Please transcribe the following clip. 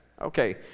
Okay